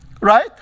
right